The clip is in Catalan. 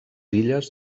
illes